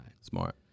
Smart